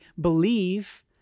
believe